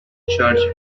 church